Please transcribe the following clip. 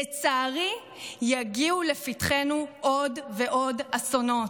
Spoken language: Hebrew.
לצערי יגיעו לפתחנו עוד ועוד אסונות.